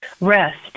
Rest